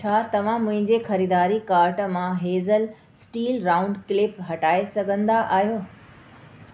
छा तव्हां मुंहिंजे ख़रीदारी काट मां हेज़ल स्टील राउंड क्लिप हटाए सघंदा आहियो